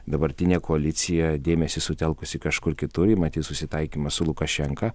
dabartinė koalicija dėmesį sutelkusi kažkur kitur į matyt susitaikymą su lukašenka